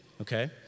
okay